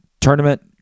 tournament